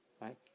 right